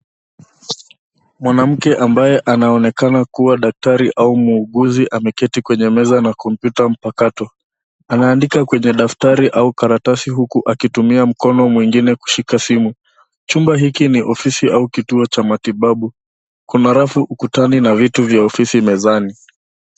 Mwanamke ambaye anaonekana kuwa daktari au muuguzi ameketi kwenye meza na kompyuta mpakato. Anaandika kwenye daftari au karatasi akitumia mkono mwingine kushika simu. Chumba hiki ni ofisi au kituo cha matibabu. Kuna rafu ukutani na vitu vya ofisi mezani.